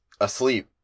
asleep